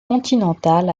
continental